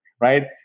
right